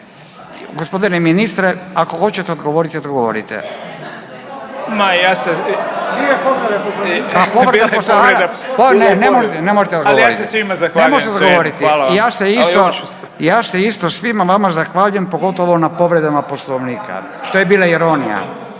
Ne, ne možete, ne možete odgovoriti i ja se isto, i ja se isto svima vama zahvaljujem pogotovo na povredama Poslovnika. To je bila ironija